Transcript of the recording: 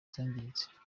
zangiritse